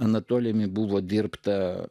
anatolijumi buvo dirbta